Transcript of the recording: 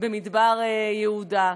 במדבר יהודה.